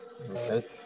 Okay